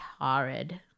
horrid